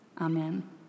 Amen